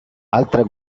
altra